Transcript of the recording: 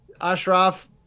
Ashraf